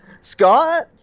scott